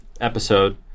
episode